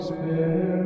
Spirit